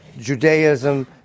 Judaism